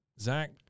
Zach